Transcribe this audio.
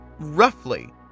roughly